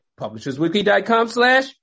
publishersweekly.com/slash